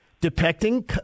depicting